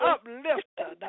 Uplifter